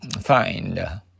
Find